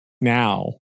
now